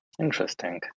Interesting